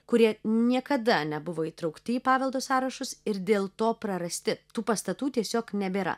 kurie niekada nebuvo įtraukti į paveldo sąrašus ir dėl to prarasti tų pastatų tiesiog nebėra